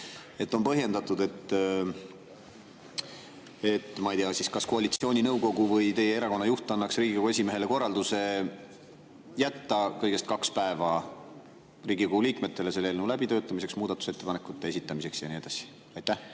on põhjendatud, ma ei tea, et kas siis koalitsiooninõukogu või teie erakonna juht annab Riigikogu esimehele korralduse jätta kõigest kaks päeva Riigikogu liikmetele selle eelnõu läbitöötamiseks, muudatusettepanekute esitamiseks ja nii edasi? Aitäh,